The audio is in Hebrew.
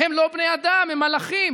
הם לא בני אדם, הם מלאכים.